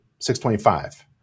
625